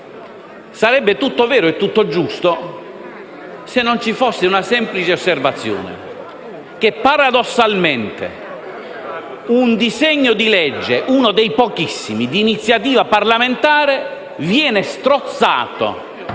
Sarebbe tutto vero e tutto giusto se non ci fosse una semplice osservazione, ossia il fatto che paradossalmente un disegno di legge, uno dei pochissimi di iniziativa parlamentare, viene strozzato